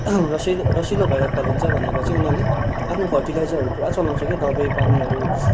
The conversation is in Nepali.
रसि रसिलो भएर फल्छ भनेर चाहिँ उनीहरूले आफ्नो फर्टिलाइजरहरू पुरा चलाउँछ कि दबाई पानीहरू